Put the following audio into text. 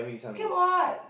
okay what